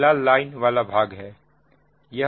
अगला लाइन वाला भाग है